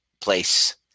place